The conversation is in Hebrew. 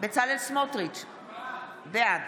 בצלאל סמוטריץ' בעד